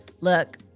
Look